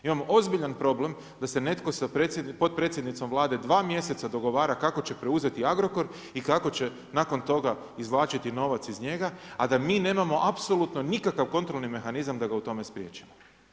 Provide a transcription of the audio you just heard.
Imam ozbiljan problem da se netko sa potpredsjednicom Vlade dva mjeseca dogovara kako će preuzeti Agrokor i kako će nakon toga izvlačiti novac iz njega, a da mi nemamo apsolutno nikakav kontrolni mehanizam da ga u tome spriječimo.